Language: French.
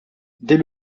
dès